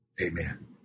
amen